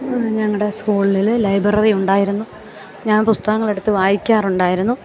ഞങ്ങളുടെ സ്കൂളിൽ ലൈബ്രറി ഉണ്ടായിരുന്നു ഞാൻ പുസ്തകങ്ങൾ എടുത്തു വായിക്കാറുണ്ടായിരുന്നു